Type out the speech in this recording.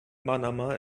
manama